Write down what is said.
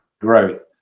growth